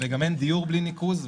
וגם אין דיור בלי ניקוז,